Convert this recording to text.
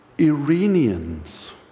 Iranians